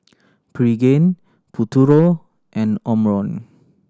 Pregain Futuro and Omron